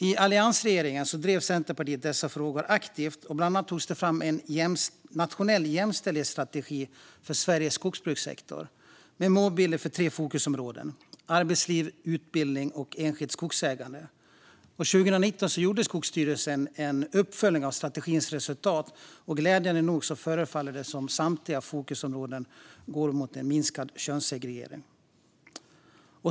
I Alliansregeringen drev Centerpartiet dessa frågor aktivt, och bland annat togs det fram en nationell jämställdhetsstrategi för Sveriges skogsbrukssektor med målbilder för tre fokusområden: arbetsliv, utbildning och enskilt skogsägande. År 2019 gjorde Skogsstyrelsen en uppföljning av strategins resultat, och glädjande nog förefaller det som att det på samtliga fokusområden går mot en minskad könssegregering.